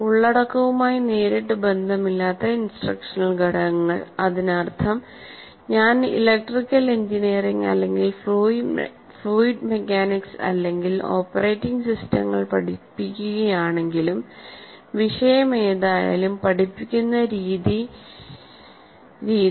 ഉള്ളടക്കവുമായി നേരിട്ട് ബന്ധമില്ലാത്ത ഇൻസ്ട്രക്ഷണൽ ഘടകങ്ങൾ അതിനർത്ഥം ഞാൻ ഇലക്ട്രിക്കൽ എഞ്ചിനീയറിംഗ് അല്ലെങ്കിൽ ഫ്ലൂയിഡ് മെക്കാനിക്സ് അല്ലെങ്കിൽ ഓപ്പറേറ്റിംഗ് സിസ്റ്റങ്ങൾ പഠിപ്പിക്കുകയാണെങ്കിലും വിഷയം ഏതായാലും പഠിപ്പിക്കുന്ന രീതി